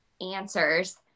answers